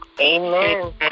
Amen